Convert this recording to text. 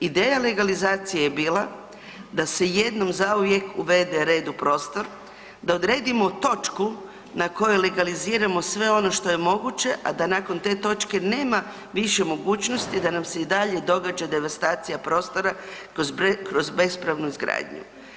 Ideja legalizacije je bila da se jednom zauvijek urede red u prostor, da odredimo točku na kojoj legaliziramo sve ono što je moguće, a da nakon te točke nema više mogućnosti da nam se i dalje događa devastacija prostora kroz bespravnu izgradnju.